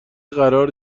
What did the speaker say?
قرار